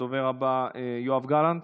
הדובר הבא, יואב גלנט,